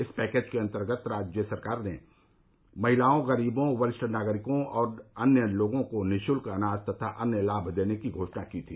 इस पैकेज के अंतर्गत सरकार ने महिलाओं गरीबों वरिष्ठ नागरिकों और अन्य लोगों को निःशुल्क अनाज तथा अन्य लाभ देने की घोषणा की थी